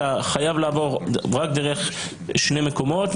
אתה חייב לעבור רק דרך שני מקומות,